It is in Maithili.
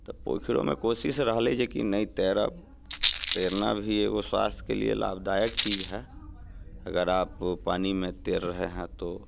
तऽ पोखरिओमे कोशिश रहलै जेकि नहि तैरब तैरना भी एगो स्वास्थ्यके लिए लाभदायक चीज है अगर आप पानीमे तैर रहे हैं तो